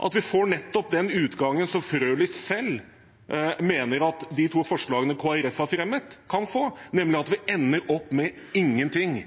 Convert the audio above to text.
at vi nettopp får den utgangen som representanten Frølich selv mener at de to forslagene som Kristelig Folkeparti har fremmet, vil få, nemlig at vi ender opp med ingenting